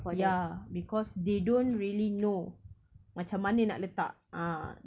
ya because they don't really know macam mana nak letak ah